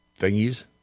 thingies